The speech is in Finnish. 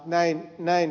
näin on